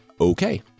okay